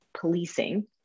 policing